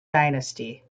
dynasty